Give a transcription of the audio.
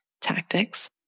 tactics